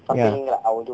ya